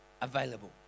available